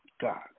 God